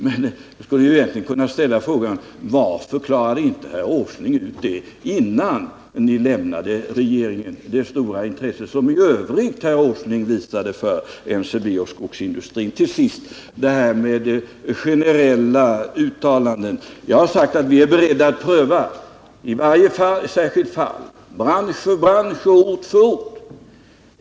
Med tanke på det stora intresse herr Åsling i övrigt visat för NCB och skogsindustrin kan man ställa frågan varför herr Åsling inte klarade ut detta innan han lämnade regeringen. Till sist några ord om det som sades om generella uttalanden. Jag har sagt att vi är beredda att pröva i varje särskilt fall, bransch för bransch och region för region.